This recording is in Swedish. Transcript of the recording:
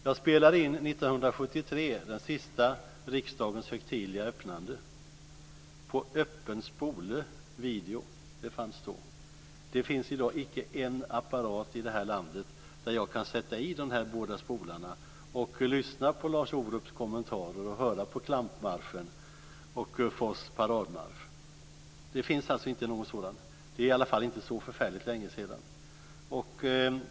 Jag spelade år 1973 in riksdagens sista högtidliga öppnande på öppen-spole-video. Det fanns då. Det finns i dag icke en apparat i det här landet där jag kan sätta i de båda spolarna och lyssna på Lars Orups kommentarer, höra på klampmarsch och paradmarsch. Det finns alltså inte någon sådan, och det är inte så förfärligt länge sedan.